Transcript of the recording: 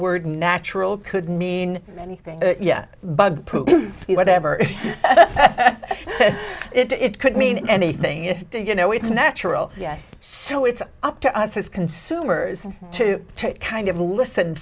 word natural could mean anything yet but whatever it could mean anything if you know it's natural yes so it's up to us as consumers to kind of listen